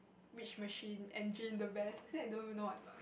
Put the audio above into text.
which machine engine the vest actually I don't even know what's what